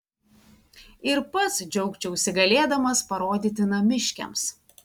ir pats džiaugčiausi galėdamas parodyti namiškiams